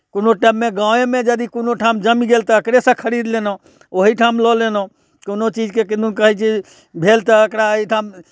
कोनो टाइममे गामेमे यदि कोनो ठाम जमि गेल तऽ ओकरेसँ खरीद लेलहुँ ओही ठाम लऽ लेलहुँ कोनो चीजके किदुन कहै छै भेल तऽ एकरा एहि ठाम